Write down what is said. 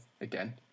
again